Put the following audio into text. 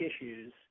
issues